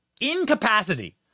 incapacity